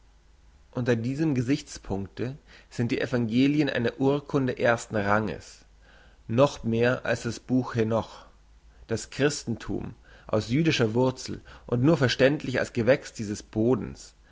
unter diesem gesichtspunkte sind die evangelien eine urkunde ersten ranges noch mehr das buch henoch das christenthum aus jüdischer wurzel und nur verständlich als gewächs dieses bodens